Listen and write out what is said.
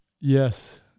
Yes